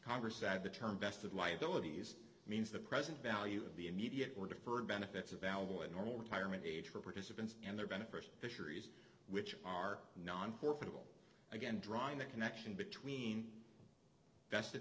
congress that the term vested liabilities means the present value of the immediate or deferred benefits of bowel a normal retirement age for participants and their beneficial fisheries which are non portable again drawing the connection between vest